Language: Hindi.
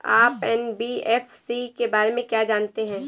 आप एन.बी.एफ.सी के बारे में क्या जानते हैं?